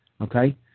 okay